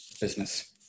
business